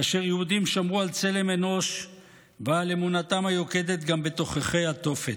כאשר יהודים שמרו על צלם אנוש ועל אמונתם היוקדת גם בתוככי התופת.